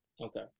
Okay